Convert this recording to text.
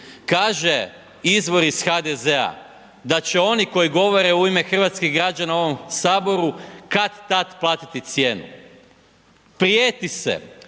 kaže izvor iz HDZ-a da će oni koji govore u ime hrvatskih građana u ovom saboru kad-tad platiti cijenu. Prijeti se,